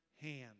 hand